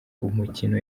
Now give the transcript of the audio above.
umukino